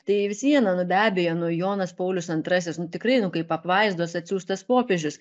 tai vis viena nu be abejo nu jonas paulius antrasis nu tikrai nu kaip apvaizdos atsiųstas popiežius